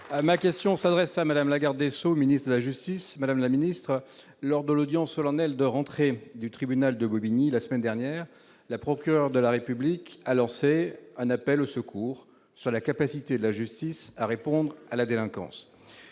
Ma question s'adresse à Madame la Garde des Sceaux ministre de la Justice Madame la ministre lors de l'audience solennelle de rentrée du tribunal de Bobigny, la semaine dernière la procureur de la République a lancé un appel au secours sur la capacité de la justice à répondre à la délinquance,